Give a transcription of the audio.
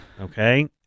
okay